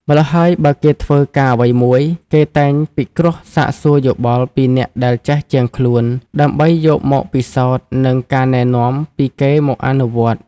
ម្ល៉ោះហើយបើគេធ្វើការអ្វីមួយ គេតែងពិគ្រោះសាកសួរយោបល់ពីអ្នកដែលចេះជាងខ្លួន ដើម្បីយកមកពិសោធន៍ និងការណែនាំពីគេមកអនុវត្ត ។